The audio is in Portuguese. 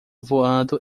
voando